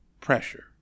pressure